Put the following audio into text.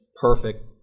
perfect